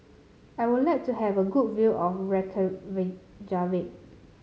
I would like to have a good view of Reykjavik